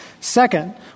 Second